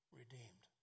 redeemed